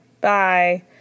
bye